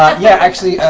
yeah! actually,